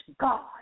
God